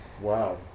Wow